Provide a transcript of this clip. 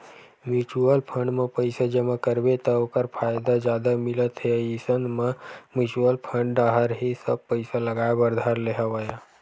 mutual fund म पइसा जमा करबे त ओखर फायदा जादा मिलत हे इसन म म्युचुअल फंड डाहर ही सब पइसा लगाय बर धर ले हवया